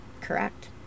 correct